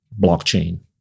blockchain